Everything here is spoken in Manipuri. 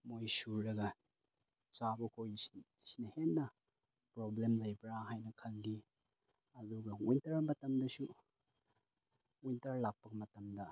ꯃꯣꯏ ꯁꯨꯔꯒ ꯆꯥꯕꯈꯣꯏꯁꯤ ꯁꯤꯅ ꯍꯦꯟꯅ ꯄ꯭ꯔꯣꯕ꯭ꯂꯦꯝ ꯂꯩꯕ꯭ꯔꯥ ꯍꯥꯏꯅ ꯈꯜꯂꯤ ꯑꯗꯨꯒ ꯋꯤꯟꯇꯔ ꯃꯇꯝꯗꯁꯨ ꯋꯤꯟꯇꯔ ꯂꯥꯛꯄ ꯃꯇꯝꯗ